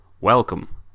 welcome